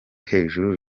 hejuru